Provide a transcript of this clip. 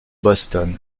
boston